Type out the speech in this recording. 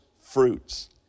fruits